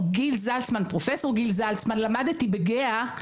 ומפרופסור גיל זלצמן למדתי בגהה,